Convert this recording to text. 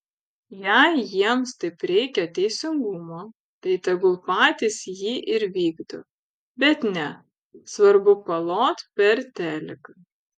jei jiems taip reikia teisingumo tai tegul patys jį ir vykdo bet ne svarbu palot per teliką